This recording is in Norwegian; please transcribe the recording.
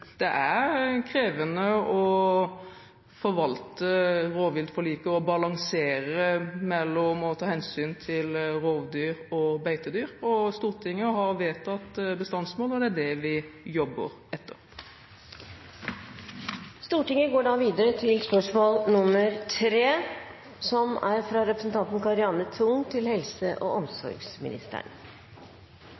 det er krevende å forvalte rovviltforliket og balansere mellom å ta hensyn til rovdyr og beitedyr. Stortinget har vedtatt bestandsmål, og det er det vi jobber etter. Jeg tillater meg å stille følgende spørsmål